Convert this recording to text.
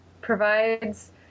provides